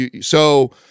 so-